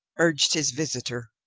urged his visitor.